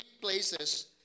places